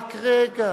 להסיר.